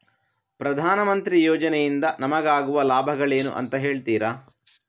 ಪ್ರಧಾನಮಂತ್ರಿ ಯೋಜನೆ ಇಂದ ನಮಗಾಗುವ ಲಾಭಗಳೇನು ಅಂತ ಹೇಳ್ತೀರಾ?